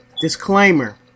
disclaimer